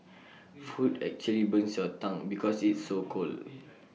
food actually burns your tongue because it's so cold